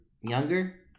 younger